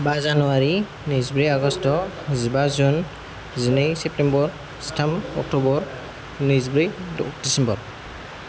बा जानुवारि नैजिब्रै आगष्ट जिबा जुन जिनै सेप्टेम्बर जिथाम अक्ट'बर नैजिब्रै दिसेम्बर